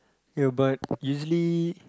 ya but usually